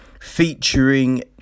Featuring